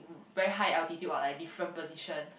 very high altitude lah like different position